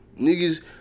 niggas